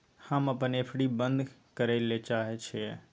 हम अपन एफ.डी बंद करय ले चाहय छियै